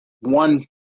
one